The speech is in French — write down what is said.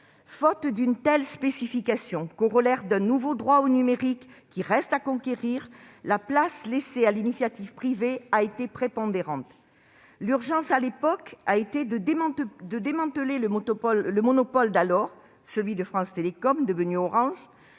Faute d'une telle spécification, corollaire d'un nouveau droit au numérique qui reste à conquérir, la place laissée à l'initiative privée a été prépondérante. L'urgence à l'époque a été de démanteler le monopole d'alors, celui de France Télécom, devenu Orange,